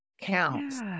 counts